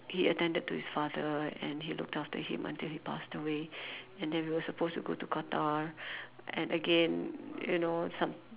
he attended to his father and he looked after him until he passed away and then we were supposed to go to Qatar and again you know some